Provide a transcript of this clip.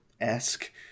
esque